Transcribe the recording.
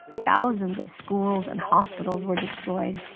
thousands of schools and hospitals were destroyed.